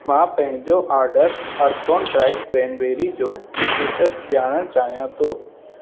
मां पंहिंजो ऑडर अर्थोन ड्राइड क्रैनबेरी जो स्टेटस ॼाणणु चाहियां थो